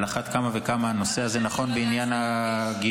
על אחת כמה וכמה הנושא הזה נכון בעניין הגיוס.